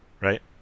right